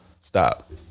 Stop